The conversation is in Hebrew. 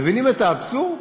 מבינים את האבסורד?